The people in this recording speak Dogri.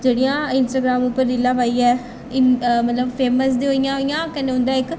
जेह्ड़ियां इंस्ट्राग्राम उप्पर रीलां पाइयै इन मतलब फेमस ते होइयां होइयां कन्नै उं'दे इक